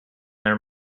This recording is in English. their